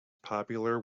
popular